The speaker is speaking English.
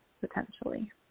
potentially